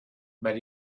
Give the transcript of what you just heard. but